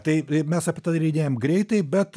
tai mes aptarinėjam greitai bet